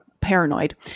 paranoid